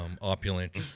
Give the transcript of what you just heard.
Opulent